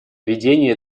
ведения